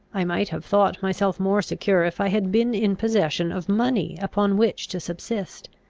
i might have thought myself more secure if i had been in possession of money upon which to subsist.